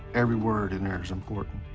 every word in there is important.